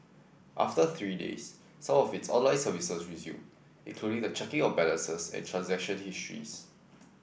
after three days some of its online services resumed including the checking of balances and transaction histories